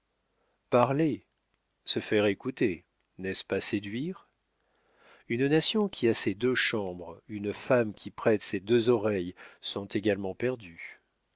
parler se faire écouter n'est-ce pas séduire une nation qui a ses deux chambres une femme qui prête ses deux oreilles sont également perdues